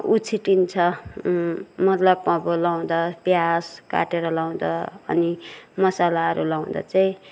उछिटिन्छ मतलब अब लगाउँदा प्याज काटेर लगाउँदा अनि मसालाहरू लगाउँदा चाहिँ